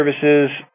services